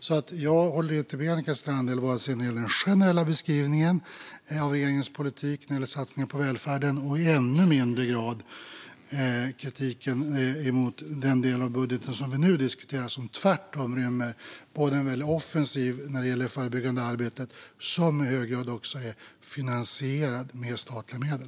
Jag håller alltså inte med Annika Strandhäll om den generella beskrivningen av regeringens politik när det gäller satsningar på välfärden och i ännu mindre grad om kritiken mot den del av budgeten som vi nu diskuterar, som tvärtom rymmer en väldig offensiv när det gäller det förebyggande arbetet som också i hög grad är finansierad med statliga medel.